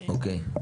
אוקיי.